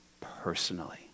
personally